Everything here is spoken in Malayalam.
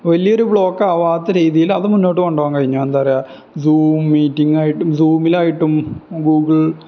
വലിയൊരു ബ്ലോക്കാവാത്ത രീതിയിലത് മുന്നോട്ട് കൊണ്ടുപോകാൻ കഴിഞ്ഞു എന്താണു പറയുക സൂം മീറ്റിങ്ങായിട്ടും സൂമിലായിട്ടും ഗൂഗിൾ